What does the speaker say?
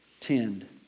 tend